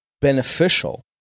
beneficial